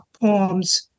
poems